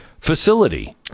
facility